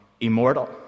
immortal